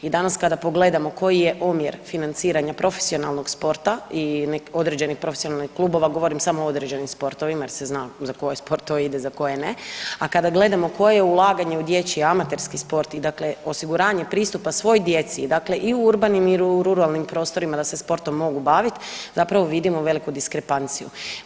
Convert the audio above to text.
I danas kada pogledamo koji je omjer financiranja profesionalnog sporta i određenih profesionalnih klubova govorim samo o određenim sportovima jer se zna za koje sportove ide za koje ne, a kada gledamo koje je ulaganje u dječji amaterski sport i dakle osiguranje pristupa svoj djeci dakle i u urbanim i ruralnim prostorima da se sportom mogu baviti zapravo vidimo veliku diskrepanciju.